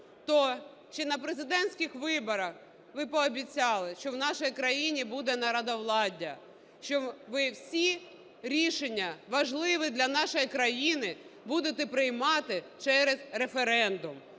то чи на президентських виборах ви пообіцяли, що в нашій країні буде народовладдя, що ви всі рішення, важливі для країни, будете приймати через референдум?